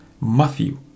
Matthew